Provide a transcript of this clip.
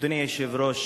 אדוני היושב-ראש,